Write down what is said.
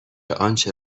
آنچه